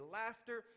laughter